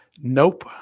Nope